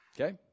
Okay